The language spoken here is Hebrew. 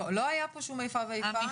לא היה פה שום איפה ואיפה,